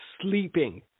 sleeping